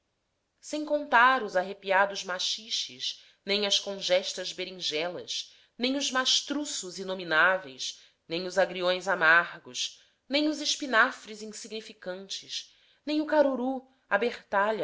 sem contar os arrepiados maxixes nem as congestas berinjelas nem os mastruços inomináveis nem os agriões amargos nem os espinafres insignificantes nem o caruru